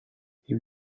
you